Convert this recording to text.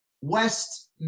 West